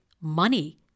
money